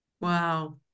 wow